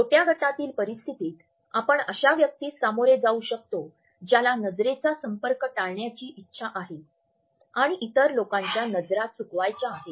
छोट्या गटातील परिस्थितीत आपण अशा व्यक्तीस सामोरे जाऊ शकतो ज्याला नजरेचा संपर्क टाळण्याची इच्छा आहे आणि इतर लोकांच्या नजरा चुकवायच्या आहेत